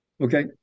okay